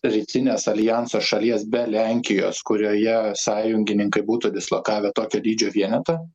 rytinės aljanso šalies be lenkijos kurioje sąjungininkai būtų dislokavę tokio dydžio vienetą